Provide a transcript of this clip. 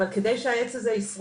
אבל כדי שהעץ הזה ישרוד,